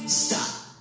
stop